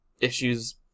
issues